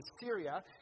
Syria